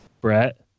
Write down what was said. Brett